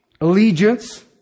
allegiance